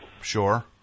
Sure